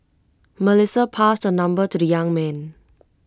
Melissa passed her number to the young man